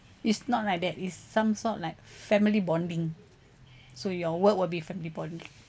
it's not like that is some sort like family bonding so your work will be family bond